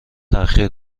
تاخیر